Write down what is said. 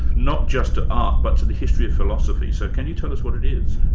not just to art but to the history of philosophy. so can you tell us what it is?